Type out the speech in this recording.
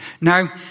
Now